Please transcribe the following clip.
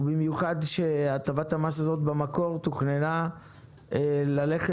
ובמיוחד שהטבת המס הזאת במקור תוכננה ללכת